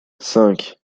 cinq